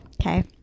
okay